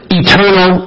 eternal